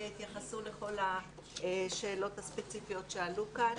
יתייחסו לכל השאלות הספציפיות שעלו כאן.